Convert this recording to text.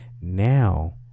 now